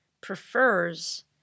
prefers